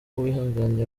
uwihanganye